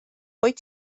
wyt